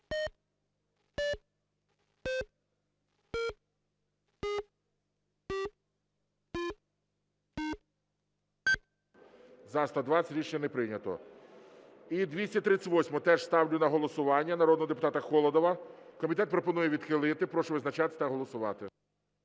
За-120 Рішення не прийнято. І 238-у теж ставлю на голосування, народного депутата Холодова. Комітет пропонує відхилити. Прошу визначатись та голосувати.